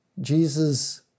Jesus